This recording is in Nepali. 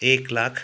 एक लाख